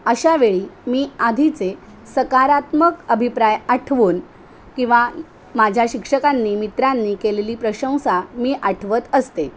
अशावेळी मी आधीचे सकारात्मक अभिप्राय आठवून किंवा माझ्या शिक्षकांनी मित्रांनी केलेली प्रशंसा मी आठवत असते